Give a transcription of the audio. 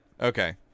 Okay